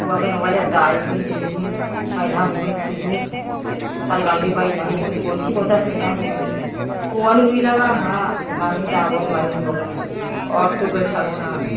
हौवा गोनांबालाय आंहा दायोमोन लुयोमोन बायना होफैयोमोन खुन्दुं साल दान्दै बायना हैयोमोन गनसि गनसा सैना हैयोमोन हौवायानो गैलाबा आंहा माजों दाबावनो माजों लुबावनो आंलाय खथ' गोसोखाङोमोन आं